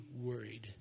worried